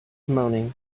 moaning